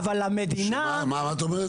מה אמרת?